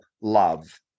love